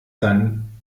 dann